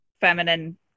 feminine